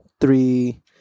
three